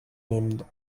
neben